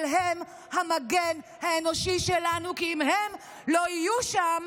אבל הם המגן האנושי שלנו, כי אם הם לא יהיו שם,